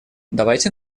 давайте